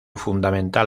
fundamental